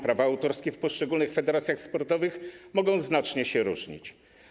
Prawa autorskie w poszczególnych federacjach sportowych mogą znacznie się różnić.